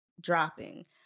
dropping